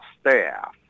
staff